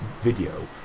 video